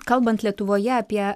kalbant lietuvoje apie